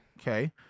Okay